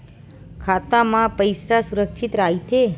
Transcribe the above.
खाता मा पईसा सुरक्षित राइथे?